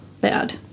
bad